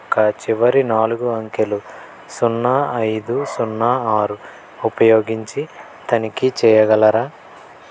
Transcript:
యొక్క చివరి నాలుగు అంకెలు సున్నా ఐదు సున్నా ఆరు ఉపయోగించి తనిఖీ చెయ్యగలరా